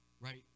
right